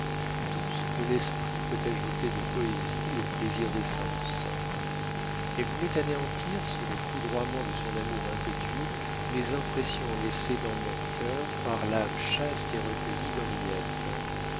tout ce que l'esprit peut ajouter de poésie aux plaisirs des sens elle voulait anéantir sous les foudroiements de son amour impétueux les impressions laissées dans mon cœur par l'âme chaste et recueillie d'henriette